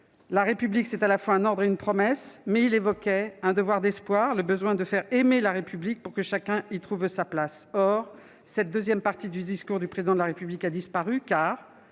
la République était à la fois un ordre et une promesse, mais il a évoqué un « devoir d'espoir » et le besoin de « faire aimer la République » pour que chacun « puisse trouver sa place. » Or cette seconde partie du discours du Président de la République a disparu :